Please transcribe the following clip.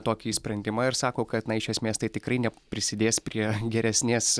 tokį sprendimą ir sako kad na iš esmės tai tikrai ne prisidės prie geresnės